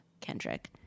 Kendrick